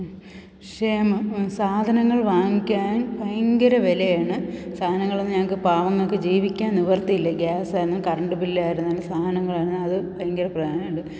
ക്ഷേമ സാധനങ്ങൾ വാങ്ങിക്കാൻ ഭയങ്കര വിലയാണ് സാധനങ്ങളെന്നു ഞങ്ങൾക്ക് പാവങ്ങൾക്കു ജീവിക്കാൻ നിവൃത്തിയില്ല ഗ്യാസാനും കറണ്ട് ബില്ലായിരുന്നാലും സാധനങ്ങളായിരുന്നു അതു ഭയങ്കര പാട്